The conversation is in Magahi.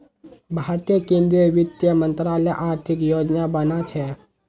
भारतीय केंद्रीय वित्त मंत्रालय आर्थिक योजना बना छे